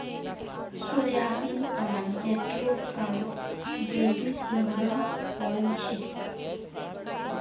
soybean आर jatropha स जैविक ईंधन बन छेक